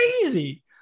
crazy